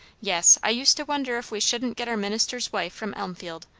yes, i used to wonder if we shouldn't get our minister's wife from elmfield.